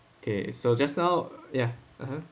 okay so just now yeah (uh huh)